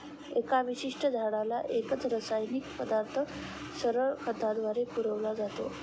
एका विशिष्ट झाडाला एकच रासायनिक पदार्थ सरळ खताद्वारे पुरविला जातो